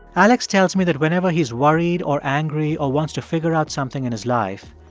alex tells me that whenever he's worried or angry or wants to figure out something in his life,